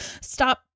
Stop